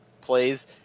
plays